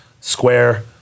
Square